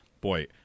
Boy